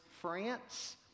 France